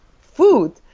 food